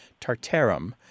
tartarum